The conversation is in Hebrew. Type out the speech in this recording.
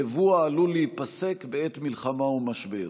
יבוא העלול להיפסק בעת מלחמה או משבר.